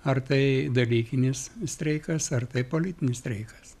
ar tai dalykinis streikas ar tai politinis streikas